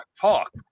talk